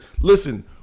Listen